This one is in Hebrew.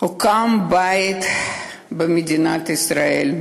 הוקם בית במדינת ישראל,